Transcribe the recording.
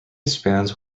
spans